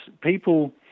people